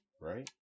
right